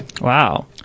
Wow